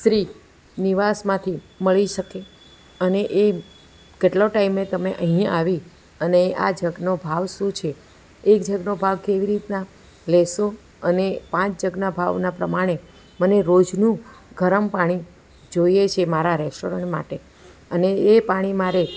શ્રી નિવાસમાંથી મળી શકે અને એ કેટલો ટાઈમે તમે અહીંયા આવી અને આ જગનો ભાવ શું છે એક જગનો ભાવ કેવી રીતના લેશો અને પાંચ જગના ભાવના પ્રમાણે મને રોજનું ગરમ પાણી જોઈએ છે મારા રેસ્ટોરન માટે અને એ પાણી મારે